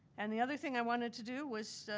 and the other thing i wanted to do was,